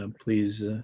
Please